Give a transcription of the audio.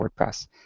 WordPress